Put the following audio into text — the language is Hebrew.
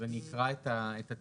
אז אני אקרא את התיקונים,